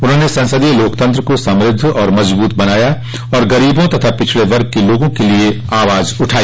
उन्होंने संसदीय लोकतंत्र को समृद्ध और मजबूत बनाया तथा गरीबों और पिछड़े वर्ग के लोगों के लिए आवाज उठाई